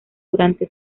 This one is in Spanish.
durante